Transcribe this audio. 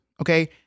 okay